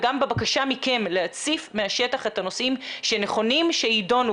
וגם בבקשה מכם להציף מהשטח את הנושאים שנכונים שיידונו